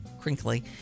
crinkly